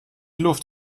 luft